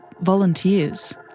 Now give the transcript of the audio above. volunteers